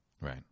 right